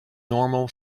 normal